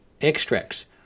extracts